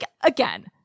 again